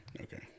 okay